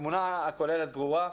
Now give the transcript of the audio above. התמונה הכוללת גרועה,